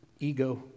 Ego